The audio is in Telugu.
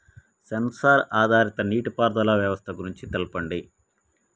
సెన్సార్ ఆధారిత నీటిపారుదల వ్యవస్థ గురించి తెల్పండి?